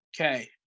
Okay